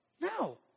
No